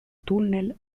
tunnel